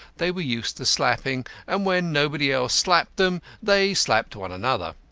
they were used to slapping, and when nobody else slapped them they slapped one another.